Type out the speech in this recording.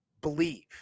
believe